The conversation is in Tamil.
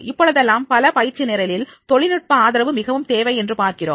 இப்பொழுதெல்லாம் பல பயிற்சி நிரலில் தொழில்நுட்ப ஆதரவு மிகவும் தேவை என்று பார்க்கிறோம்